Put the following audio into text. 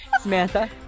Samantha